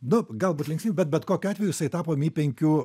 nu galbūt linksmi bet bet kokiu atveju jisai tapo mi penkių